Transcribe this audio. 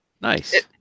Nice